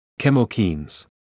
chemokines